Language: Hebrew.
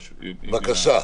בבקשה.